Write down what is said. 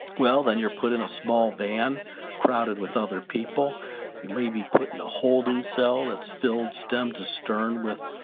well, then you're put in a small van crowded with other people who may be put in a holding cell that's filled stem to stern with,